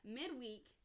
Midweek